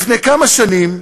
לפני כמה שנים,